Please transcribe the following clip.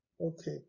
okay